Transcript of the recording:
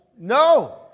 No